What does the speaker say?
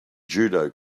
judo